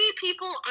people